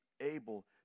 able